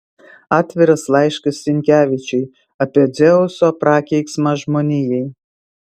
atviras laiškas sinkevičiui apie dzeuso prakeiksmą žmonijai